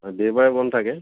অঁ দেওবাৰে বন্ধ থাকে